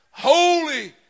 holy